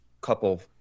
couple